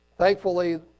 Thankfully